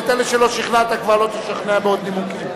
ואת אלה שלא שכנעת כבר לא תשכנע בעוד נימוקים.